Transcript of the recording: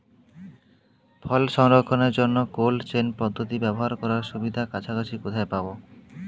ফল সংরক্ষণের জন্য cold chain পদ্ধতি ব্যবহার করার সুবিধা কাছাকাছি কোথায় পাবো?